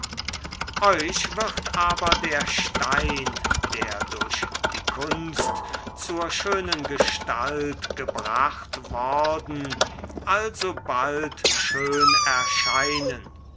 euch wird aber der stein der durch die kunst zur schönen gestalt gebracht worden alsobald schön erscheinen